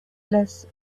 less